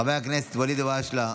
חבר הכנסת ואליד אלהואשלה,